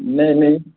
नहीं नहीं